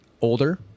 Older